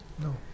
No